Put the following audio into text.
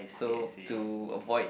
so to avoid